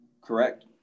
Correct